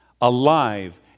alive